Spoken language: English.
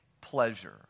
pleasure